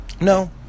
no